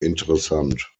interessant